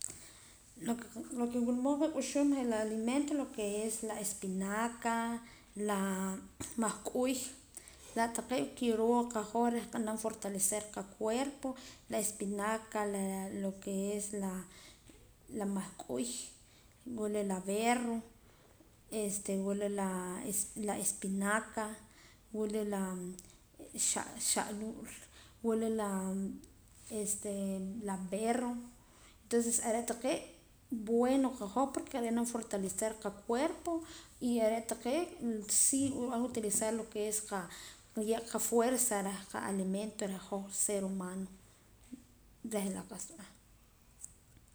Lo que wula mood nqak'uxuum je' la alimento lo que es je' la espinaca, la mahk'uy la taqee' kiroo qahoj reh nkanaam fortalecer qacuerpo la espinaca lo que es la la mahk'uy wula la berro wula la espinaca wula la xa'luul wula la este la berro entonces are' taqee' bueno qahoj porque rinan koon fortalecer qacuerpo y are' taqee' sí rib'an utilizar lo que es la qa ye'ra qafuerza reh qalimento reh hoj ser humano.